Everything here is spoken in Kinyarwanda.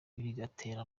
bigatera